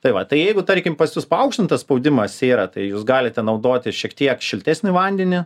tai va tai jeigu tarkim pas jus paaukštintas spaudimas yra tai jūs galite naudoti šiek tiek šiltesnį vandenį